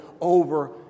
over